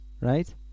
right